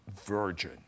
virgin